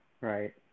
Right